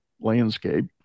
landscape